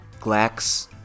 Glax